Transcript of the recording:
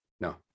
No